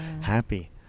happy